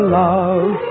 love